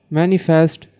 manifest